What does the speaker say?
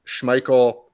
Schmeichel